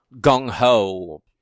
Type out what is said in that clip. gung-ho